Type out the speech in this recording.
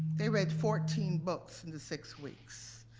they read fourteen books in the six weeks,